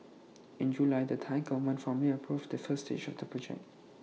in July the Thai Government formally approved the first stage of the project